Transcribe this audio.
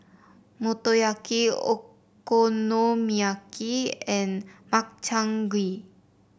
Motoyaki Okonomiyaki and Makchang Gui